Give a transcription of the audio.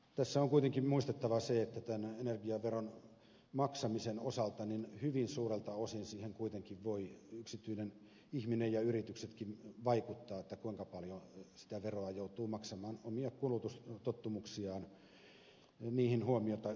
tässä on kuitenkin muistettava se että tämän energiaveron maksamisen osalta hyvin suurelta osin siihen kuitenkin voivat yksityinen ihminen ja yrityksetkin vaikuttaa kuinka paljon sitä veroa joutuu maksamaan omiin kulutustottumuksiinsa huomiota kiinnittämällä